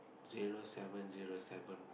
zero seven zero seven